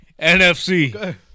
NFC